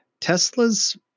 Tesla's